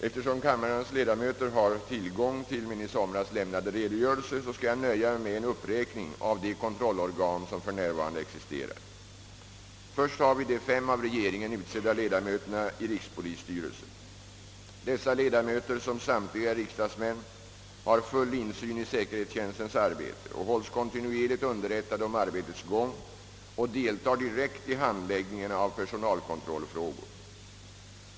Eftersom kammarens ledamöter har tillgång till min i somras lämnade redogörelse skall jag nöja mig med en uppräkning av de kontrollorgan, som f. n. existerar. Först har vi de fem av regeringen utsedda ledamöterna i rikspolisstyrelsen. Dessa ledamöter, som samtliga är riksdagsmän, har full insyn i säkerhetstjänstens arbete och hålls kontinuerligt underrättade om arbetets gång och deltar direkt i handläggningen av personalkontrollfrågor.